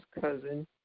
cousin